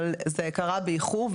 אבל זה קרה באיחור.